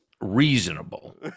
reasonable